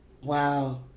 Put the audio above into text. Wow